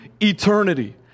eternity